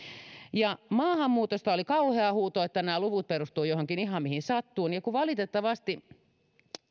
maahanmuutosta oli kauhea huuto että nämä luvut perustuvat johonkin ihan mihin sattuu mutta kun valitettavasti